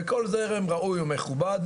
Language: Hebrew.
וכל זרם הוא ראוי ומכובד,